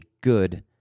good